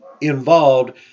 involved